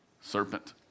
Serpent